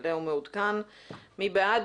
מי בעד?